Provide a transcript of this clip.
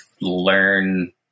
learn